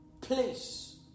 place